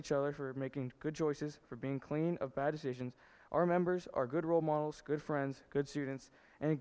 each other for making good choices for being clean of bad decisions our members are good role models good friends good students and